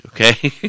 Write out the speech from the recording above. okay